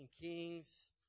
Kings